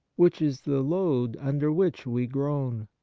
which is the load under which we groan.